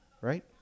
Right